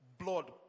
Blood